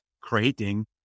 creating